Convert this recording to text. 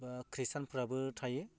ख्रिस्टानफ्राबो थायो